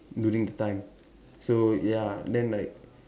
during the time so ya then like